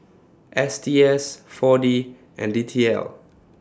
S T S four D and D T L